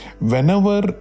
Whenever